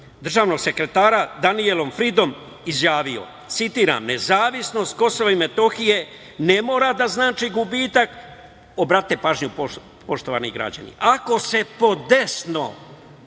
državnog sekretara Danijelom Fridom izjavio: „Nezavisnost Kosova i Metohije ne mora da znači gubitak“, obratite pažnju poštovani građani, „ako se podesno